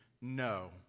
no